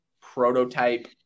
prototype